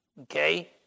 okay